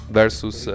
versus